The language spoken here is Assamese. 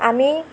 আমি